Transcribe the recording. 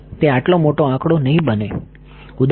તે આટલો મોટો આંકડો નહીં બને